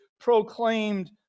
proclaimed